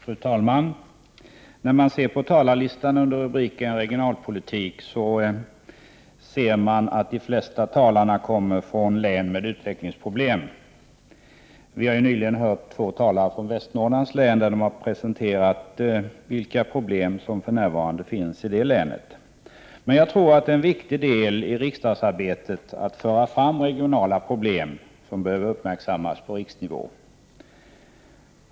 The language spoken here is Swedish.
Fru talman! När man ser till talarlistan under rubriken Regionalpolitik, finner man att de flesta talarna kommer från län med utvecklingsproblem. Vi har nyligen hört två talare från Västernorrlands län som har presenterat de problem som för närvarande finns där. Jag tror att det är en viktig del i riksdagsarbetet att föra fram regionala problem som behöver uppmärksammas på riksnivå.